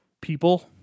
people